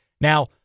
Now